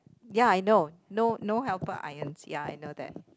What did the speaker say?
ya I know no no helper irons ya I know that